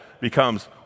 becomes